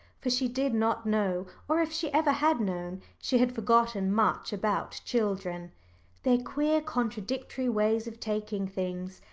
for she did not know, or if she ever had known, she had forgotten, much about children their queer contradictory ways of taking things,